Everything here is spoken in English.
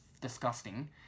disgusting